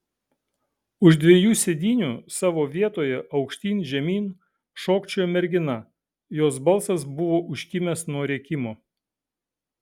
už dviejų sėdynių savo vietoje aukštyn žemyn šokčiojo mergina jos balsas buvo užkimęs nuo rėkimo